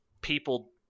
people